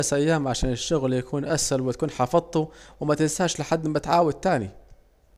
خمس أيام عشان الشغل يكون سهل ويكون حفضته، ومتنساش لما تيجي تعاود تاني